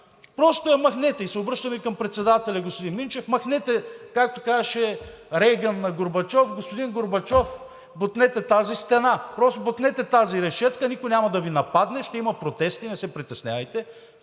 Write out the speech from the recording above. Просто я махнете. Обръщаме се към председателя господин Минчев: махнете, както казваше Рейгън на Горбачов: „Господин Горбачов, бутнете тази стена“, просто бутнете тази решетка. Никой няма да Ви нападне. Ще има протести, не се притеснявайте,